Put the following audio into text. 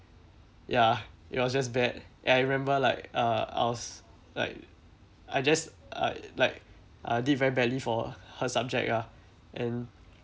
ya it was just bad and I remember like uh I was like I just I like uh did very badly for her subject ah and